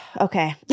okay